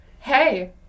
hey